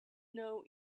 know